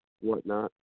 whatnot